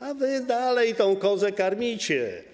A wy dalej tę kozę karmicie.